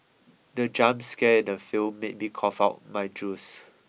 the jump scare in the film made me cough out my juice